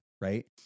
right